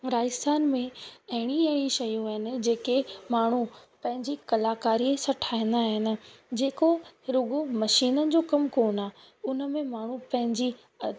राजस्थान में अहिड़ी अहिड़ी शयूं आहिनि जेके माण्हू पंहिंजी कलाकारी सां ठाहींदा आहिनि जेको रुॻो मशीनुनि जो कम कोन आहे उन में माण्हू पंहिंजी अद